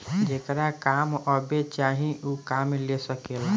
जेकरा काम अब्बे चाही ऊ काम ले सकेला